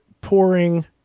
pouring